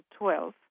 2012